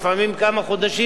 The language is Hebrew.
ולפעמים כמה חודשים,